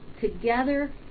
together